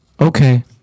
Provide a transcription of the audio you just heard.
Okay